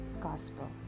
gospel